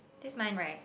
this mine right